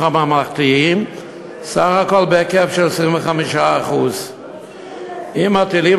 הממלכתיים בסך הכול בהיקף של 25%. אם מטילים